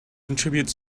contribute